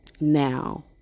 now